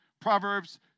Proverbs